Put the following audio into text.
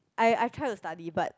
I I tried to study but